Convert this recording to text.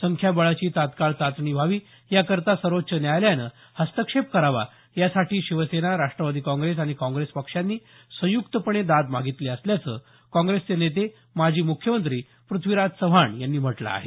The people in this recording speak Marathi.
संख्याबळाची तात्काळ चाचणी व्हावी याकरता सर्वोच्च न्यायालयानं हस्तक्षेप करावा यासाठी शिवसेना राष्टवादी काँग्रेस आणि काँग्रेस पक्षांनी संयुक्तपणे दाद मागितली असल्याचं काँग्रेसचे नेते माजी मुख्यमंत्री प्रथ्वीराज चव्हाण यांनी म्हटलं आहे